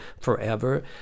forever